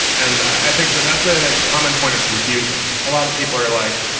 and i think but that's a common point of confusion. a lot of people are like,